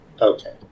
Okay